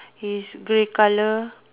is grey colour